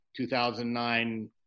2009